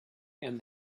and